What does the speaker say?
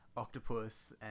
Octopus